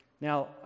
Now